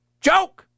Joke